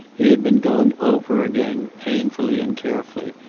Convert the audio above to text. he had been going over again, painfully and carefully,